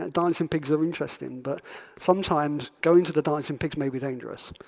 ah dancing pigs are interesting, but sometimes going to the dancing pigs may be dangerous.